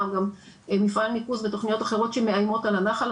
הזום) גם מפעל ניקוז ותכניות אחרות שמאיימות על הנחל.